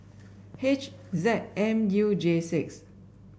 H Z M U J six